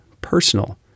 personal